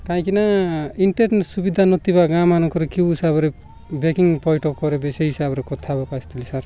କାହିଁକିନା ଇଣ୍ଟର୍ନେଟ୍ ସୁବିଧା ନଥିବା ଗାଁମାନଙ୍କରେ କେଉ ହିସାବରେ ବ୍ୟାଙ୍କିଂ ପଇଠ କରିବି ସେହି ହିସାବରେ କଥା ହେବାକୁ ଆସିଥିଲି ସାର୍